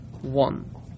one